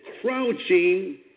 crouching